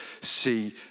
see